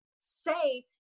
say